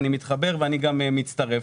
אני מתחבר ואני מצטרף.